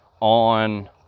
on